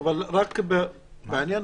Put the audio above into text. בעניין